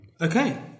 Okay